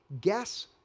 Guess